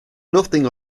nothing